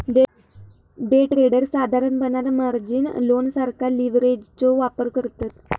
day traders साधारणपणान margin loan सारखा लीव्हरेजचो वापर करतत